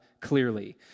clearly